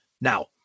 Now